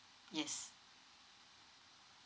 yes